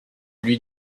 lui